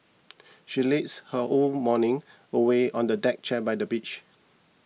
she lazed her whole morning away on a deck chair by the beach